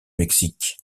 mexique